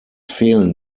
fehlen